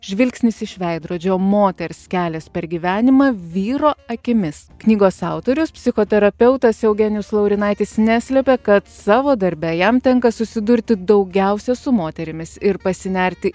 žvilgsnis iš veidrodžio moters kelias per gyvenimą vyro akimis knygos autorius psichoterapeutas eugenijus laurinaitis neslepia kad savo darbe jam tenka susidurti daugiausia su moterimis ir pasinerti